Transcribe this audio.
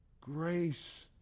grace